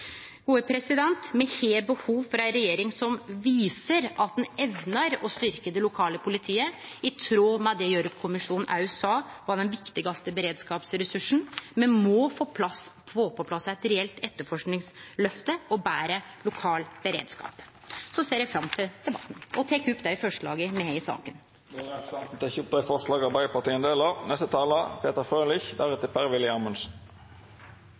Me har behov for ei regjering som viser at ho evner å styrkje det lokale politiet i tråd med det Gjørv-kommisjonen òg sa var den viktigaste beredskapsressursen. Me må få på plass eit reelt etterforskingsløft og betre lokal beredskap. Eg ser fram til debatten og tek opp dei forslaga Arbeidarpartiet er aleine om og dei forslaga me har saman med Senterpartiet og SV. Då har representanten Lene Vågslid teke opp dei forslaga